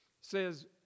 says